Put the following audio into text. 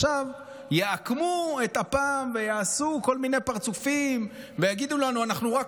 עכשיו יעקמו את אפם ויעשו כל מיני פרצופים ויגידו לנו: אנחנו רק